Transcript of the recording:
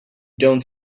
don’t